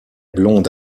blonde